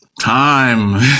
Time